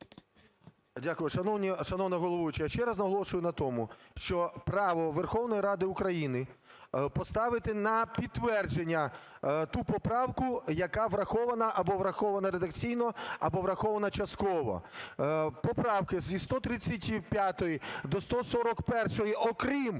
Дякую. Шановна головуюча, ще раз наголошую на тому, що право Верховної Ради України поставити на підтвердження ту поправку, яка врахована, або врахована редакційно, або врахована частково. Поправки зі 135-ї до 141-ї, окрім